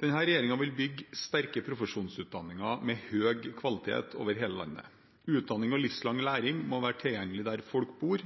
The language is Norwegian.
Denne regjeringen vil bygge sterke profesjonsutdanninger med høy kvalitet over hele landet. Utdanning og livslang læring må være tilgjengelig der folk bor.